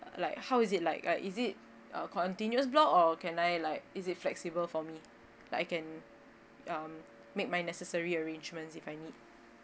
like how is it like like is it a continuous block or can I like is it flexible for me like I can um make my necessary arrangements if I need